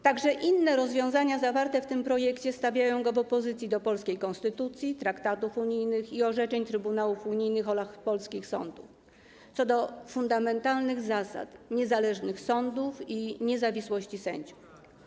Także inne rozwiązania zawarte w tym projekcie stawiają go w opozycji do polskiej konstytucji, traktatów unijnych i orzeczeń trybunałów unijnych oraz polskich sądów, do fundamentalnych zasad niezależnych sądów i niezawisłości sędziów.